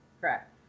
correct